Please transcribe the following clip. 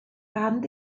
band